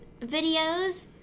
videos